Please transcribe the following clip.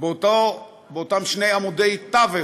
באותם שני עמודי תווך,